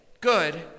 Good